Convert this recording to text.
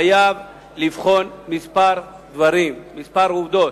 חייב לבחון כמה דברים, כמה עובדות.